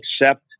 accept